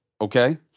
Okay